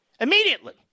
Immediately